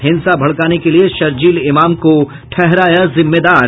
हिंसा भड़काने के लिए शरजील इमाम को ठहराया जिम्मेदार